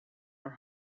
are